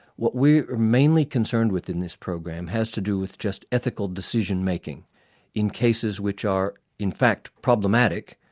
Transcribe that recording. what we're mainly concerned with in this program has to do with just ethical decision-making in cases which are in fact problematic,